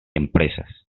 empresas